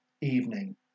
evening